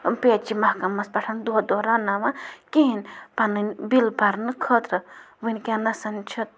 P H E محکَمَس پٮ۪ٹھ دۄہ دۄہ رانٛناوان کِہیٖنۍ پَنٕنۍ بِل بَرنہٕ خٲطرٕ وٕنکٮ۪نَس چھِ